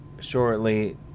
shortly